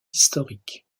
historiques